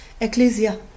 Ecclesia